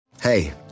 Hey